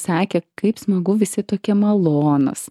sakė kaip smagu visi tokie malonūs